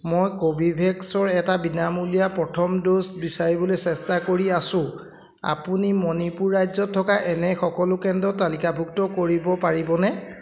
মই কৰ্বীভেক্সৰ এটা বিনামূলীয়া প্ৰথম ড'জ বিচাৰিবলৈ চেষ্টা কৰি আছোঁ আপুনি মণিপুৰ ৰাজ্যত থকা এনে সকলো কেন্দ্ৰ তালিকাভুক্ত কৰিব পাৰিবনে